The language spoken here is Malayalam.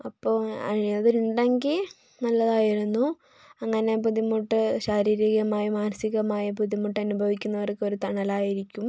അപ്പോൾ അതുണ്ടെങ്കിൽ നല്ലതായിരുന്നു അനങ്ങനെ ബുദ്ധിമുട്ട് ശാരീരികമായി മാനസികമായി ബുദ്ധിമുട്ട് അനുഭവിക്കുന്നവർക്ക് ഒരു തണലായിരിക്കും